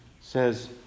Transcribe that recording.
says